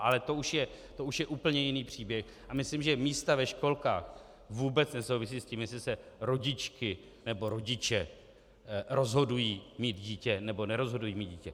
Ale to už je úplně jiný příběh a myslím, že místa ve školkách vůbec nesouvisí s tím, jestli se rodičky nebo rodiče rozhodují mít dítě, nebo nerozhodují mít dítě.